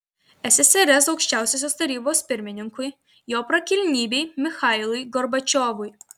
ssrs aukščiausiosios tarybos pirmininkui jo prakilnybei michailui gorbačiovui